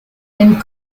and